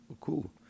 Cool